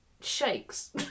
shakes